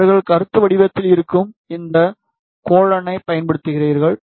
அவர்கள் கருத்து வடிவத்தில் இருக்கும் இந்த கோலனை பயன்படுத்துகிறீர்கள்